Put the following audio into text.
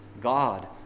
God